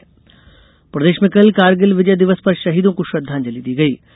कारगिल दिवस प्रदेश में कल कारगिल विजय दिवस पर शहीदों को श्रद्धांजलि दी गयी